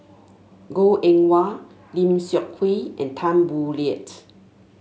Goh Eng Wah Lim Seok Hui and Tan Boo Liat